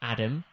Adam